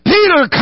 Peter